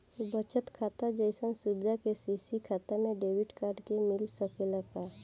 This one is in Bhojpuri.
बचत खाता जइसन सुविधा के.सी.सी खाता में डेबिट कार्ड के मिल सकेला का?